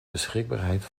beschikbaarheid